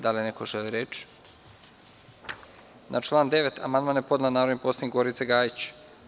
Da li neko želi reč? (Ne.) Na član 9. amandman je podnela narodni poslanik Gorica Gajić.